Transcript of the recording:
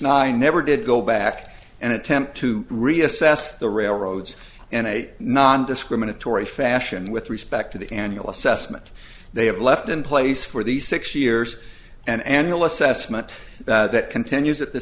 nine never did go back and attempt to reassess the railroads in a nondiscriminatory fashion with respect to the annual assessment they have left in place for these six years and will assess meant that continues at the